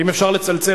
אם אפשר לצלצל,